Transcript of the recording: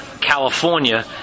California